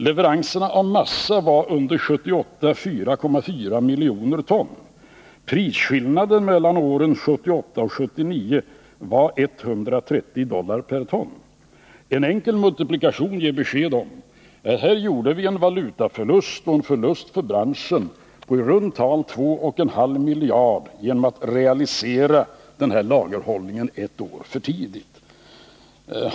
Leveranserna av massaved var under 1978 4,4 miljoner ton. Prisskillnaden mellan åren 1978 och 1979 var 130 dollar per ton. En enkel multiplikation ger besked om att här gjorde vi en valutaförlust och en förlust för branschen på i runt tal 2,5 miljarder kronor genom att realisera lagerhållningen ett år för tidigt.